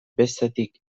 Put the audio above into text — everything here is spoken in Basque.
bestetik